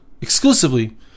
exclusively